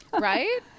Right